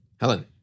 Helen